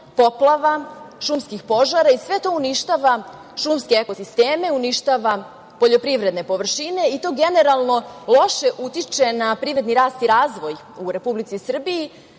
poplava, šumskih požara i sve to uništava šumske ekosisteme, uništava poljoprivredne površine i to generalno loše utiče na privredni rast i razvoj u Republici Srbiji